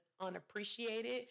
unappreciated